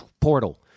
portal